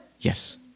Yes